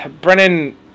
Brennan